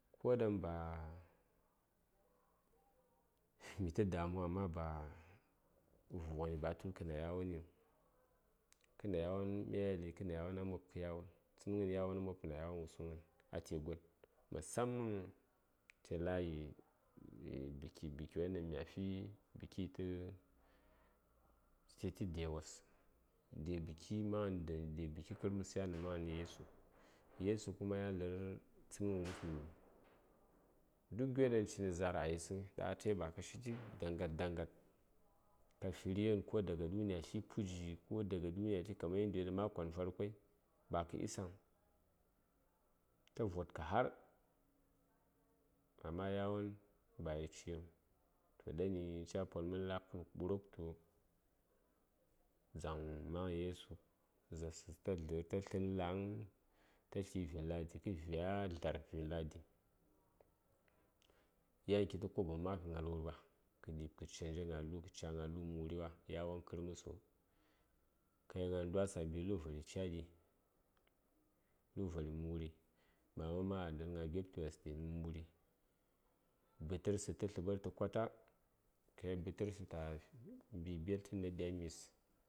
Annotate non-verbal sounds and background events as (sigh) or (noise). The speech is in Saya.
kodaŋ ba mitə damuwam amma ba vughəni ba a tul kə nayawonəŋ kə nayawon mya yeli kə nayawon a mob kə yawon tsəngən yawon mob kə nayawon wusuŋghən ate gon musamman te layi buki bukiwon ɗaŋ mya fi buki tə citə de wos de buki maghən de de buki kərməs yan nə ɓwaghən (noise) yesu, yesu kuma yan a lə:r tsənghən wusnyi ɗi duk gyo ɗan cinə za:r a yisəŋyi ɗaŋ atayi ba ka shi shi danghad danghad ka fi righən ko daga ɗuni tli puji ko daga duni atli kaman gi ɗaŋ mayi kon farkoi ba kə isa huŋ ta vodkə har amma yawon ba yi cighəŋ toh ɗani ca pol mən la:bkən ɓuruk tə dzaŋ maghən yesu za:rsə ta dlər ta tlə nə la:ŋ ta tli vin ladi tə vyayi a dlar vinladi yan kitə koboŋ ma kə gnal wurɓa kə ɗi:b kə canje gna luyi kə ca gna lu: məri wa yawon kərməso ka yel ndwatsə a mbi lukvar cayi ɗi lukvari muri mama ma a mbi gna gyepti wos ɗi nə muri bətərsə tə tləɓərtə kwata ka yel bətərsə ta mbi gyepti tə naɗi a mi:s